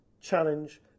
challenge